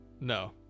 no